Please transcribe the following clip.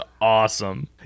awesome